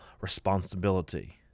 responsibility